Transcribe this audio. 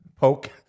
poke